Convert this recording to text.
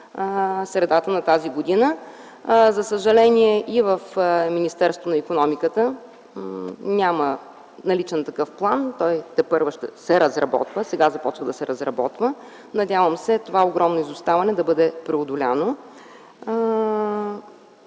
средата на тази година. За съжаление и в Министерството на икономиката, енергетиката и туризма няма наличен такъв план. Той тепърва ще се разработва, сега започва да се разработва. Надявам се това огромно изоставане да бъде преодоляно.